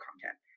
content